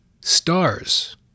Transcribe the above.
stars